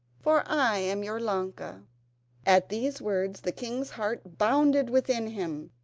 for i am your ilonka at these words the king's heart bounded within him.